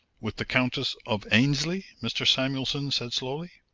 with the countess of aynesley? mr. samuelson said slowly.